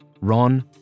Ron